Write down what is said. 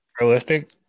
Realistic